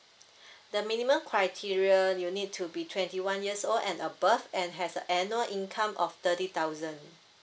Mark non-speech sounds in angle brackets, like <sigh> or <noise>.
<breath> the minimum criteria you need to be twenty one years old and above and has a annual income of thirty thousand